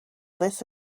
this